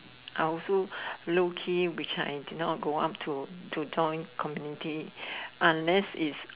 I also low key wish I did not go up to to join the community unless it's